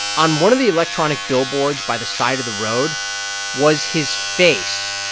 on one of the electronic billboards by the side of the road was his face